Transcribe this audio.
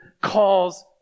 calls